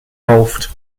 hoofd